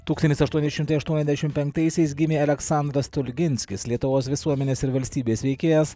tūkstantis aštuoni šimtai aštuoniasdešimt penktaisiais gimė aleksandras stulginskis lietuvos visuomenės ir valstybės veikėjas